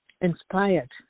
inspired